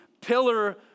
pillar